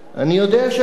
ובכל זאת,